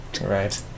Right